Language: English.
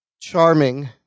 charming